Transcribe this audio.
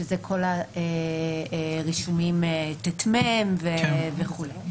שזה כל הרישומים כמו ט"מ וכולי.